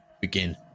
begin